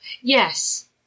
Yes